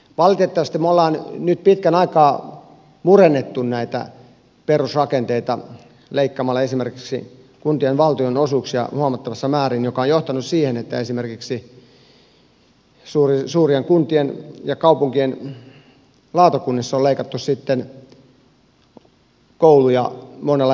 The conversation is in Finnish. valitettavasti me olemme nyt pitkän aikaa murentaneet näitä perusrakenteita leikkaamalla esimerkiksi kuntien valtionosuuksia huomattavassa määrin mikä on johtanut siihen että esimerkiksi suurien kuntien ja kaupunkien lautakunnissa on leikattu sitten kouluilta monella eri tavalla